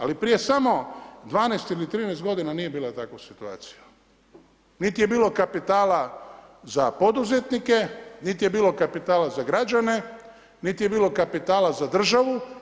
Ali prije samo 12 ili 13 godina nije bila takva situacija, niti je bilo kapitala za poduzetnike, niti je bilo kapitala za građane, niti je bilo kapitala za državu.